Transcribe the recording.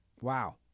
Wow